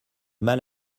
mal